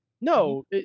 No